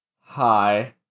hi